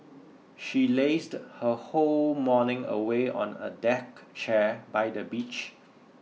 she lazed her whole morning away on a deck chair by the beach